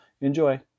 enjoy